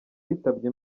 witabye